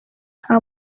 nta